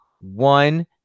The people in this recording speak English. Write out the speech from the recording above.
One